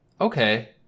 okay